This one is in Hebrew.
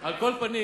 על כל פנים,